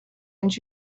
and